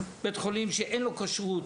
בית חולים שאין לו כשרות,